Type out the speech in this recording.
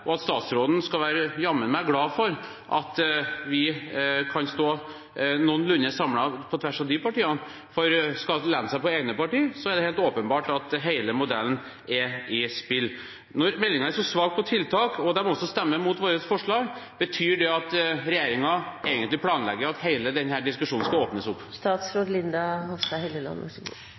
Statsråden skal jammen meg være glad for at vi kan stå noenlunde samlet på tvers av de partiene, for skal man lene seg på egne parti, er det helt åpenbart at hele modellen er i spill. Når meldingen er så svak på tiltak og de stemmer mot vårt forslag, betyr det at regjeringen egentlig planlegger at hele denne diskusjonen skal åpnes opp?